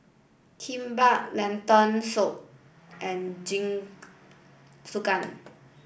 Kimbap Lentil soup and Jingisukan